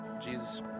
Jesus